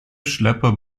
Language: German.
schlepper